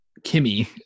Kimmy